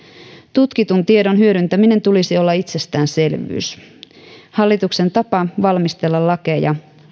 tutkitun tiedon hyödyntämisen tulisi olla itsestäänselvyys hallituksen tapa valmistella lakeja